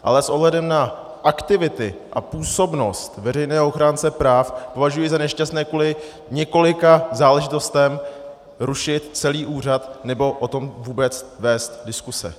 Ale s ohledem na aktivity a působnost veřejného ochránce práv považuji za nešťastné kvůli několika záležitostem rušit celý úřad nebo o tom vůbec vést diskuse.